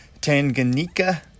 Tanganyika